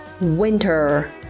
Winter